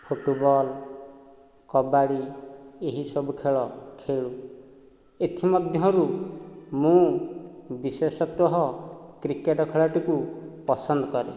football kabaddi ଏହିସବୁ ଖେଳ ଖେଳେ ଏଥିମଧ୍ୟରୁ ମୁଁ ବିଶେଷତଃ କ୍ରିକେଟ୍ ଖେଳଟିକୁ ପସନ୍ଦ କରେ